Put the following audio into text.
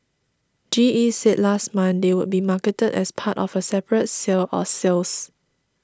G E said last month they would be marketed as part of a separate sale or sales